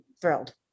thrilled